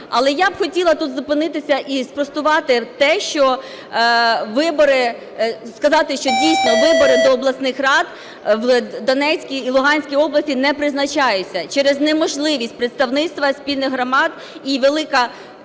Але я б хотіла тут зупинитися і спростувати те, що вибори... сказати, що, дійсно, вибори до обласних рад в Донецькій і Луганській області не призначаються через неможливість представництва спільних громад, і велика